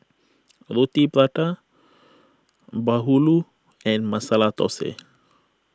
Roti Prata Bahulu and Masala Thosai